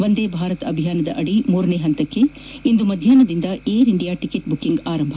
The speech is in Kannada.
ವಂದೇ ಭಾರತ್ ಅಭಿಯಾನದದಿ ಮೂರನೇ ಹಂತದಲ್ಲಿ ಇಂದು ಮಧ್ಯಾಹ್ವದಿಂದ ಏರ್ ಇಂಡಿಯಾ ಬುಕಿಂಗ್ ಆರಂಭ